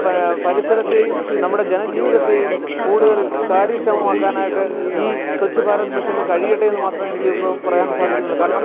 പരിസരത്തെയും നമ്മുടെ ജനജീവിതത്തെയും കൂടുതൽ കാര്യക്ഷമമാക്കാനായിട്ട് ഈ സ്വച്ഛ് ഭാരത് മിഷന് കഴിയട്ടെന്ന് മാത്രമേ എനിക്ക് ഇപ്പം പറയാൻ സാധിക്കുന്നുള്ളൂ കാരണം